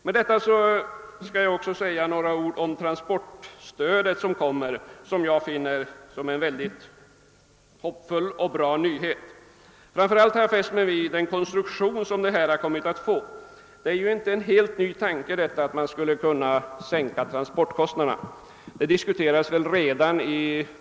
Jag skall också säga några ord om transportstödet, som jag tycker är en mycket hoppingivande och bra nyhet. Framför allt har jag fäst mig vid den konstruktion stödet har kommit att få. Att man skulle kunna sänka transportkostnaderna är ju inte en helt ny tanke.